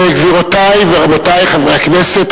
גבירותי ורבותי חברי הכנסת,